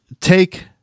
take